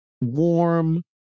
warm